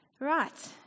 Right